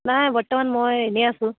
নাই বৰ্তমান মই এনেই আছোঁ